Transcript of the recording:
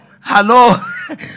Hello